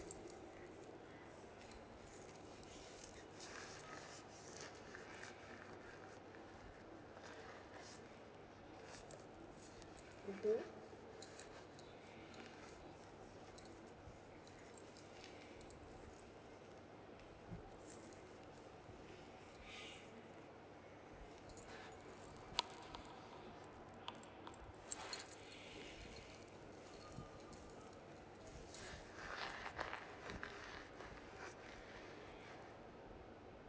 mmhmm